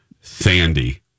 Sandy